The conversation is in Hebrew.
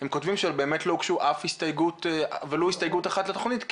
הם כותבים שבאמת לא הוגשה ולו הסתייגות אחת לתכנית,